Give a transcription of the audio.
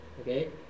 okay